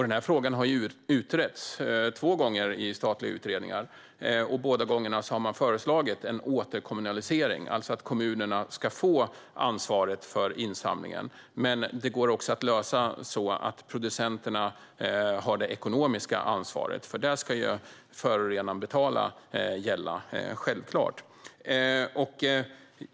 Den frågan har utretts två gånger i statliga utredningar. Båda gångerna har man föreslagit en återkommunalisering, alltså att kommunerna ska få ansvaret för insamlingen. Men det går också att lösa så att producenterna har det ekonomiska ansvaret. Att förorenaren ska betala ska självklart gälla.